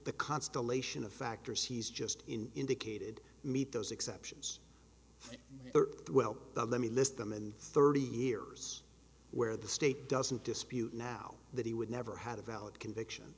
the constellation of factors he's just indicated meet those exceptions well let me list them in thirty years where the state doesn't dispute now that he would never had a valid conviction